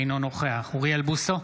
אינו נוכח אוריאל בוסו,